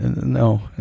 No